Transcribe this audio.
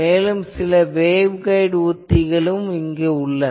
மேலும் சில வேவ்கைடு போன்ற உத்திகளும் உள்ளன